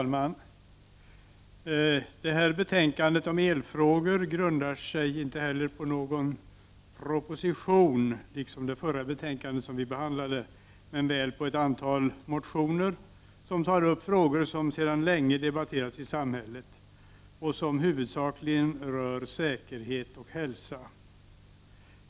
Fru talman! Detta betänkande om elfrågor grundar sig inte på någon proposition, liksom det förra betänkande som vi har behandlat, men väl på ett antal motioner, som tar upp frågor som sedan länge debatterats i samhället och som huvudsakligen rör säkerhet och hälsa.